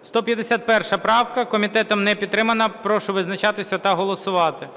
151 правка. Комітетом не підтримана. Прошу визначатися та голосувати.